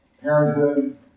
parenthood